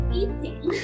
eating